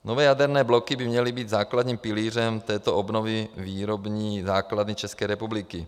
Nové jaderné bloky by měly být základním pilířem této obnovy výrobní základny České republiky.